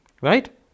Right